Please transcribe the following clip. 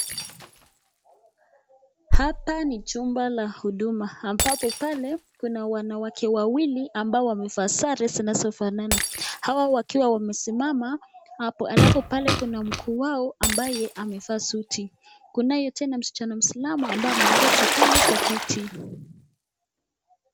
Hapa ni chumba la huduma ambapo pale kuna wanawake wawili ambao wamevaa sare zinasofanana hawa wakiwa wamesimama hapo, alafu pale kuna mkuu wao ambaye amevaa suti kunayo tena msichana mwislamu ambaye ameketi pale kwa kiti.